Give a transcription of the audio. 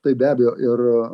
tai be abejo ir